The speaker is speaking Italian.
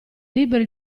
liberi